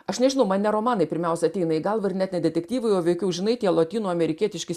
aš nežinau man ne romanai pirmiausia ateina į galvą ir net ne detektyvai o veikiau žinai tie lotynų amerikietiški